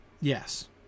Yes